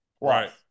Right